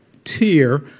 Tier